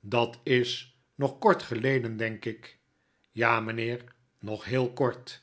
dat is nog kort geieden denk ik ja mynheer nog heel kort